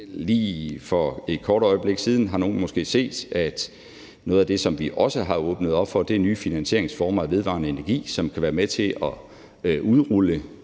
måske for et kort øjeblik siden set, at noget af det, som vi også har åbnet op for, er nye finansieringsformer af vedvarende energi. Det kan være med til at udrulle